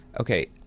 Okay